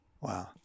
Wow